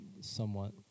somewhat